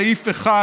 סעיף 1